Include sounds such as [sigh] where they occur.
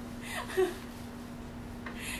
no [laughs] 不可以 [laughs]